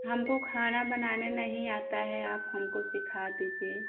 हमको खाना बनाने नहीं आता है आप हमको सीखा दीजिए